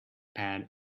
pad